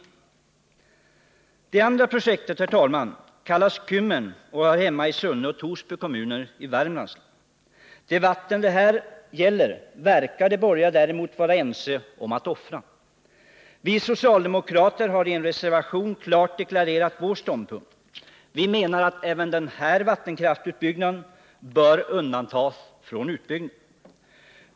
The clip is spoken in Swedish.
Det andra projektet, Kymmenprojektet, hör hemma i Sunne och Torsby kommuner i Värmlands län. De vatten det här gäller verkar de borgerliga vara ense om att offra. Vi socialdemokrater har i en reservation klart deklarerat vår ståndpunkt. Vi menar att även de här vattnen bör undantas från utbyggnad.